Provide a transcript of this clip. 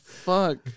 Fuck